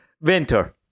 winter